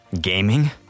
Gaming